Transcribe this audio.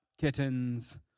kittens